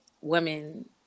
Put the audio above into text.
women